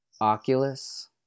Oculus